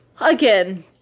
Again